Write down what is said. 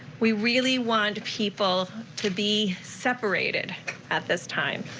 we really want people to be separated at this time.